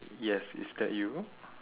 yes is that you